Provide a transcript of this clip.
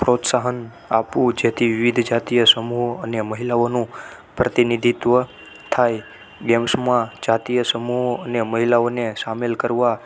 પ્રોત્સાહન આપવું જેથી વિવિધ જાતીય સમૂહ અને મહિલાઓનું પ્રતિનિધિત્વ થાય ગેમ્સમાં જાતીય સમૂહ અને મહિલાઓને સામેલ કરવા